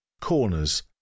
Corners